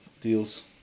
deals